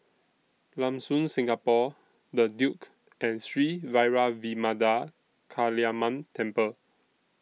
Lam Soon Singapore The Duke and Sri Vairavimada Kaliamman Temple